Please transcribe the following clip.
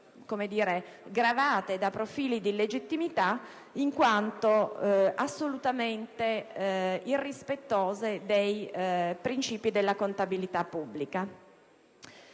gravate da profili di illegittimità, in quanto assolutamente irrispettose dei principi della contabilità pubblica.